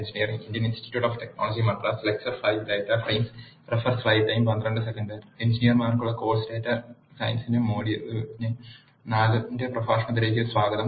എഞ്ചിനീയർമാർക്കുള്ള course data സയൻസിന്റെ മൊഡ്യൂളിലെ 4 ലെ പ്രഭാഷണത്തിലേക്ക് സ്വാഗതം